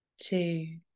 two